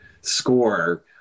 score